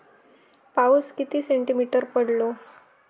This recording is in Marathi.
पाऊस किती सेंटीमीटर पडलो?